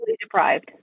deprived